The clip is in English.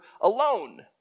alone